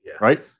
right